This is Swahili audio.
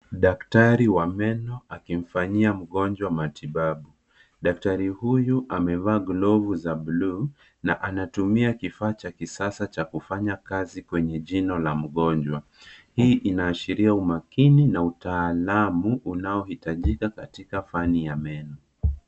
Daktari wa meno akimfanyia mgonjwa matibabu, daktari huyu amevaa glavu za bluu na anatumia kifaa cha kisasa cha kufanya kazi kwenye jino la mgonjwa, hii inaashiria umakini na utaalamu unaohitajika katika fani ya meno.